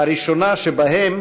הראשונה שבהם